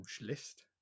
list